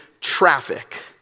traffic